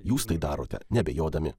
jūs tai darote neabejodami